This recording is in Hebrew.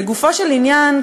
לגופו של עניין,